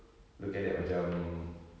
look at that macam